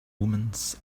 omens